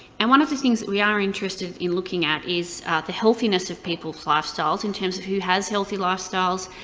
and one of the things that we are interested in looking at is the healthiness of peoples' lifestyles in terms of who has healthy lifestyles,